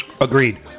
Agreed